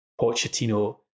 Pochettino